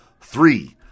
three